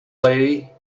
lady